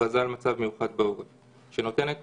בהכרזה על מצב מיוחד בעורף שנותנת